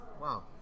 Wow